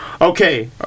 Okay